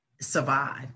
survive